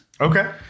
Okay